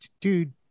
dude